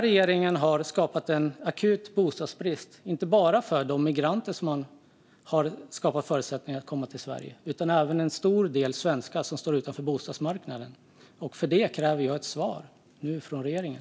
Regeringen har skapat en akut bostadsbrist inte bara för de migranter för vilka man har skapat förutsättningar att komma till Sverige utan även för en stor del svenskar som står utanför bostadsmarknaden. För det kräver jag nu ett svar från regeringen.